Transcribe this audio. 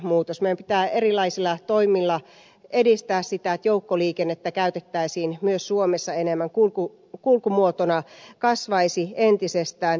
meidän pitää erilaisilla toimilla edistää sitä että joukkoliikennettä käytettäisiin myös suomessa enemmän että se kulkumuotona kasvaisi entisestään